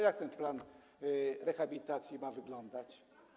Jak ten plan rehabilitacji ma wyglądać?